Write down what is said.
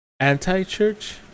anti-church